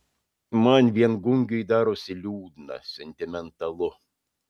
man viengungiui darosi liūdna sentimentalu